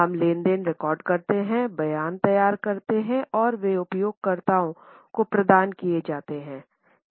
हम लेन देन रिकॉर्ड करते हैं बयान तैयार करते हैं और वे उपयोगकर्ताओं को प्रदान किए जाते हैं